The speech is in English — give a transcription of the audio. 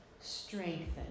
strengthen